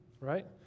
Right